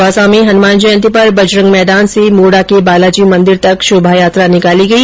दौसा में हनुमान जयंती पर बजरंग मैदान से मोडा के बालाजी मंदिर तक शोभायात्रा निकाली गई